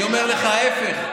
אני אומר לך ההפך,